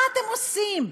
מה אתם עושים?